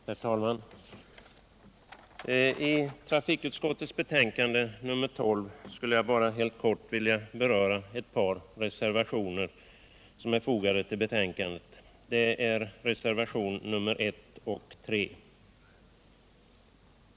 Herr talman! I debatten om trafikutskottets betänkande nr 12 skulle jag bara helt kort vilja beröra reservationerna 1 och 3.